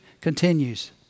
continues